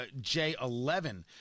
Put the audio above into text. J-11